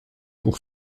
pour